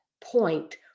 point